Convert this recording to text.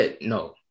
no